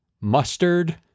mustard